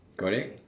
correct